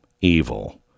evil